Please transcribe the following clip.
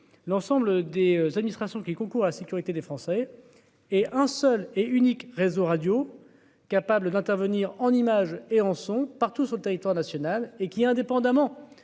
l'ensemble des administrations qui concourent à la sécurité des Français et un seul et unique réseau radio. Capable d'intervenir en images et en sons partout sur le territoire national et qui indépendamment.